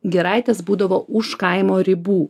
giraitės būdavo už kaimo ribų